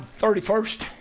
31st